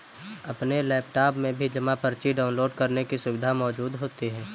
अपने लैपटाप में भी जमा पर्ची डाउनलोड करने की सुविधा मौजूद होती है